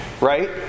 right